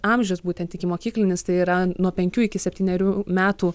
amžius būtent ikimokyklinis tai yra nuo penkių iki septynerių metų